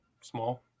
Small